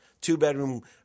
Two-bedroom